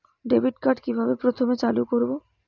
Debit card কিভাবে প্রথমে চালু করব?